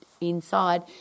inside